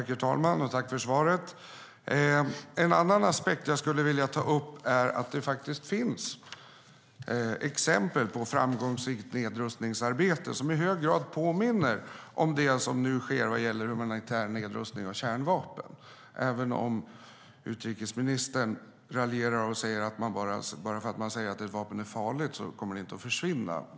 Herr talman! Jag tackar för svaret. En annan aspekt som jag skulle vilja ta upp är att det faktiskt finns exempel på framgångsrikt nedrustningsarbete som i hög grad påminner om det som nu sker vad gäller humanitär nedrustning av kärnvapen, även om utrikesministern raljerar och säger att bara för att man säger att ett vapen är farligt kommer det inte att försvinna.